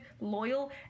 loyal